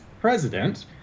president